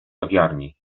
kawiarni